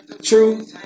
True